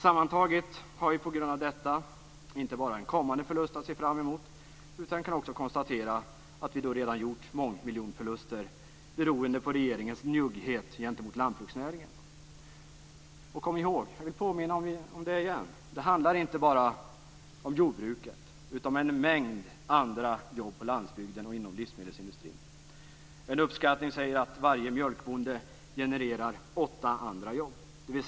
Sammantaget har vi på grund av detta inte bara en kommande förlust att se fram emot, utan man kan också konstatera att vi redan gjort mångmiljonförluster beroende på regeringens njugghet gentemot lantbruksnäringen. Och kom ihåg: Det handlar inte bara om jordbruket utan också om en mängd andra arbetstillfällen på landsbygden och inom livsmedelsindustrin. En uppskattning säger att varje mjölkboende genererar åtta andra arbetstillfällen.